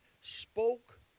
spoke